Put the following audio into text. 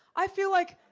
i feel like,